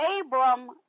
Abram